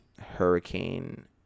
Hurricane